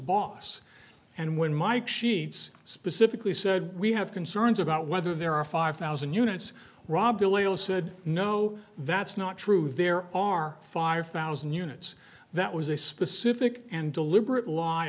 boss and when mike sheets specifically said we have concerns about whether there are five thousand units rob delay all said no that's not true there are fire fouls and units that was a specific and deliberate lie